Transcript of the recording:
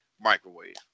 microwave